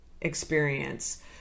experience